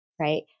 Right